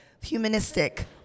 humanistic